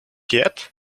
yet